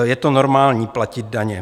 Je to normální, platit daně.